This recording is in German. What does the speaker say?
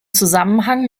zusammenhang